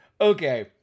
Okay